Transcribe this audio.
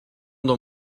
dans